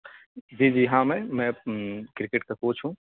جی جی ہاں میں میں کرکٹ کا کوچ ہوں